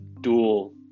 dual